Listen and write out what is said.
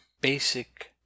basic